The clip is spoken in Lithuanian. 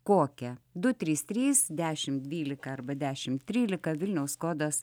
kokia du trys trys dešimt dvylika arba dešimt trylika vilniaus kodas